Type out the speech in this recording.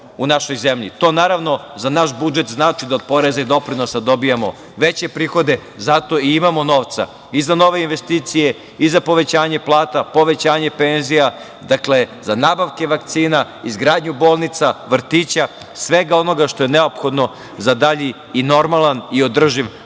To, naravno, za naš budžet znači da od poreza i doprinosa dobijamo veće prihode. Zato i imamo novca i za nove investicije i za povećanje plata, povećanje penzija, za nabavke vakcina, izgradnju bolnica, vrtića, svega onoga što je neophodno za dalji normalan i održiv razvoj